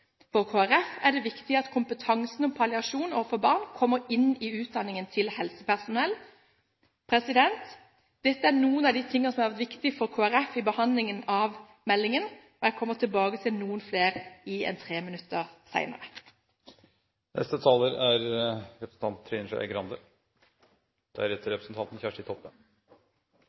For Kristelig Folkeparti er det viktig at kompetansen om palliasjon overfor barn kommer inn i utdanningen til helsepersonell. Dette er noen av de tingene som har vært viktig for Kristelig Folkeparti i behandlingen av meldingen, og jeg kommer tilbake til noen flere i